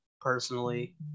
personally